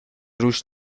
روش